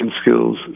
skills